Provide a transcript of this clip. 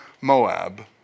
Moab